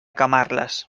camarles